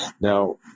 Now